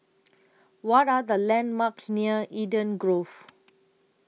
What Are The landmarks near Eden Grove